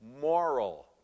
moral